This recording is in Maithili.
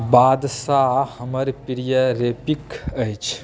बादशाह हमर प्रिय रैपिक अछि